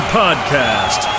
podcast